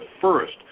first